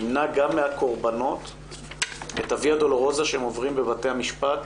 ימנע גם מן הקורבנות את הוויה דולורוזה שהם עוברים בבתי המשפט,